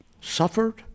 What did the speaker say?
suffered